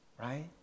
right